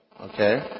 Okay